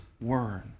Word